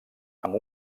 amb